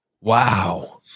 Wow